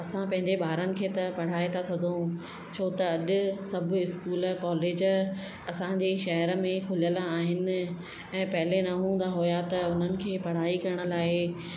असां पंहिंजे ॿारनि खे त पढ़ाए था सघूं छो त अॼु सभु स्कूल कॉलेज असांजे शहर में खुलियल आहिनि ऐं पहिले न हूंदा हुया त उन्हनि खे पढ़ाई करण लाइ